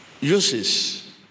uses